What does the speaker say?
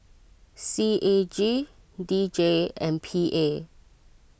C A G D J and P A